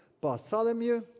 Bartholomew